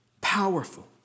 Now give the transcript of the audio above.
powerful